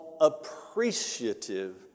appreciative